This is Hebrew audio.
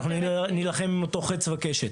שאנחנו נילחם עם חץ וקשת.